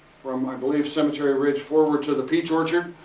from i believe, cemetery ridge forward to the peach orchard,